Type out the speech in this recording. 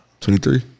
23